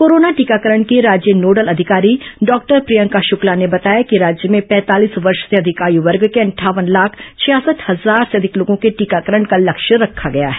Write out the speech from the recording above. corona टीकाकरण की राज्य नोडल अधिकारी डॉक्टर प्रियंका शुक्ला ने बताया कि राज्य में पैंतालीस वर्ष से अधिक आयु वर्ग के अंठावन लाख छियासठ हजार से अधिक लोगों के टीकाकरण का लक्ष्य रखा गया है